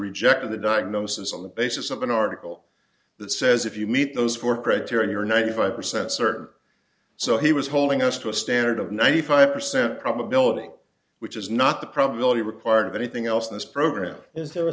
rejected the diagnosis on the basis of an article that says if you meet those four predator and you are ninety five percent certain so he was holding us to a standard of ninety five percent probability which is not the probability required of anything else in this program i